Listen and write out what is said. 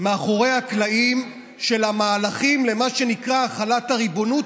מאחורי הקלעים של המהלכים של מה שנקרא "החלת הריבונות",